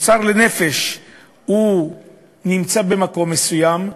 התוצר לנפש נמצא במקום מסוים,